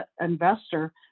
investor